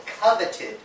coveted